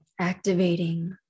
Activating